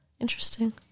Interesting